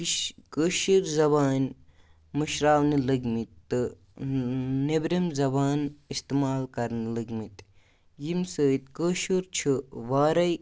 کٲش کٲشِر زبانہِ مٔشراونہٕ لٔگۍ مٕتۍ تہٕ نیٚبرِم زبان استِمال کَرنہٕ لٔگۍ مٕتۍ ییٚمہِ سۭتۍ کٲشُر چھِ وارے